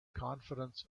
confidence